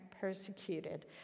persecuted